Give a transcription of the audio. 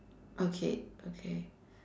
okay okay